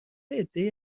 عدهای